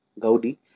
Gaudi